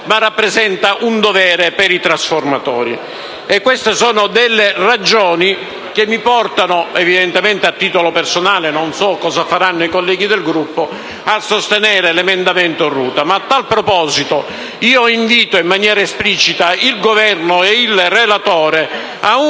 ma rappresenta un dovere per i trasformatori. Queste sono alcune delle ragioni che mi portano, evidentemente a titolo personale (non so cosa faranno i colleghi del Gruppo), a sostenere l'emendamento 3.200. A tal proposito, io invito in maniera esplicita il Governo e il relatore a un